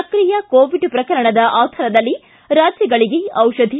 ಸಕ್ರಿಯ ಕೋವಿಡ್ ಪ್ರಕರಣದ ಆಧಾರದಲ್ಲಿ ರಾಜ್ಜಗಳಿಗೆ ದಿಷಧಿ